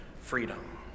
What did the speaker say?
freedom